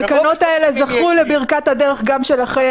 התקנות האלה זכו לברכת הדרך גם שלכם,